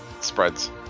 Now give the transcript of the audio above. spreads